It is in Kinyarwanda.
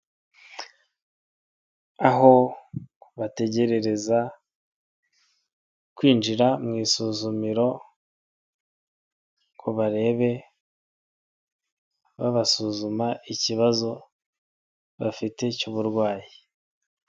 Aho bategerereza kwinjira mu isuzumiro ngo barebe babasuzuma ikibazo bafite cy'uburwayi.